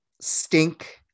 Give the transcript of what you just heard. stink